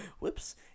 Whoops